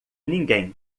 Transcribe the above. ninguém